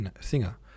singer